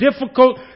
difficult